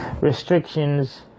restrictions